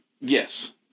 Yes